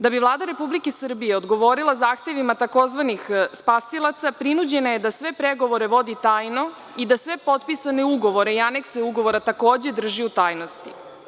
Da bi Vlada Republike Srbije odgovorila zahtevima tzv. spasilaca, prinuđena je da sve pregovore vodi tajno i da sve potpisane ugovore i anekse ugovora takođe drži u tajnosti.